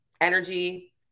energy